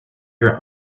your